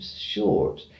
short